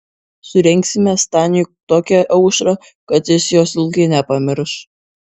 surengsime staniui tokią aušrą kad jis jos ilgai nepamirš